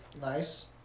nice